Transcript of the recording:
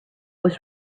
was